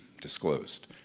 disclosed